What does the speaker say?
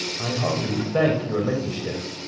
i humbly thank your ladyship.